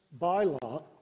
bylaw